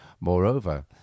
Moreover